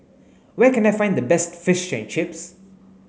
where can I find the best Fish and Chips